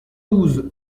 douze